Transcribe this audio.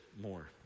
more